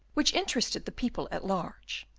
which interested the people at large,